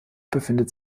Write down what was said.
befindet